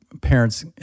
parents